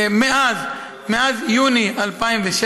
מאז יוני 2016